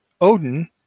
Odin